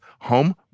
home